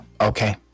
okay